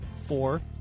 four